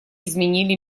изменили